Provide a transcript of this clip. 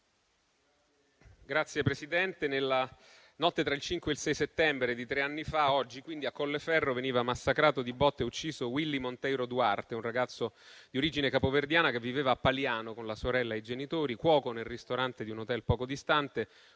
Signor Presidente, nella notte tra il 5 e il 6 settembre di tre anni fa, a Colleferro veniva massacrato di botte e ucciso Willy Monteiro Duarte, un ragazzo di origine capoverdiana che viveva a Paliano con la sorella e i genitori, cuoco nel ristorante di un hotel poco distante.